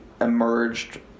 emerged